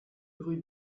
rue